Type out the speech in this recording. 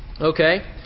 okay